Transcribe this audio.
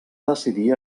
decidir